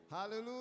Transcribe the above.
Hallelujah